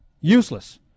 Useless